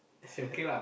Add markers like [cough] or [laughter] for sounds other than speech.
[laughs]